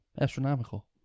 Astronomical